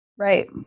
right